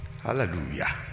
Hallelujah